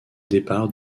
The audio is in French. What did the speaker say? départ